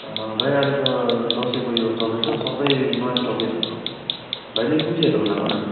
भाइ अहिले त दसैँको यो चल्दैछ सबै नयाँ स्टोकै छ भाइले कुन चाहिँ हेर्ने होला भन न